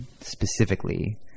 specifically